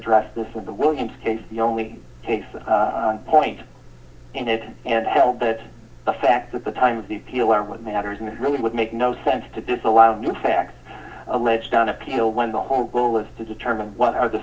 address this with the williams case only takes one point in it and held that the fact that the time of the people are what matters and that really would make no sense to disallow the facts alleged on appeal when the whole goal is to determine what are the